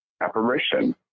apparition